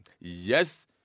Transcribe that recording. Yes